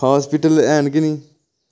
अस्पताल हैन गै निं